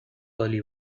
early